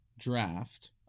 draft